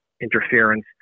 interference